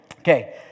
Okay